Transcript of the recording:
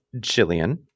Jillian